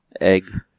Egg